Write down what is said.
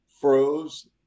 froze